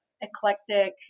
eclectic